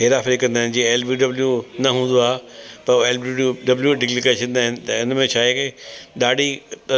हेरा फेरी कंदा आहिनि जीअं एल बी डब्ल्यू न हूंदो आहे पोइ एल बी डब्ल्यू डिक्लेयर करे छॾींदा आहिनि हिनमें छा आहे के ॾाढी